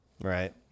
Right